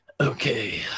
Okay